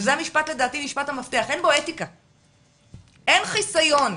וזה לדעתי משפט המפתח אין חיסיון,